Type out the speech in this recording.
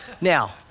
Now